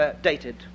dated